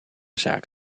zaak